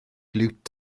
liwt